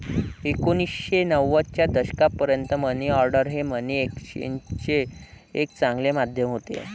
एकोणीसशे नव्वदच्या दशकापर्यंत मनी ऑर्डर हे मनी एक्सचेंजचे एक चांगले माध्यम होते